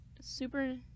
Super